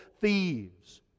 thieves